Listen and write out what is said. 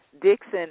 Dixon